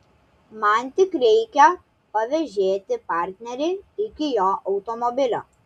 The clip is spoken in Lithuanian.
man tik reikia pavėžėti partnerį iki jo automobilio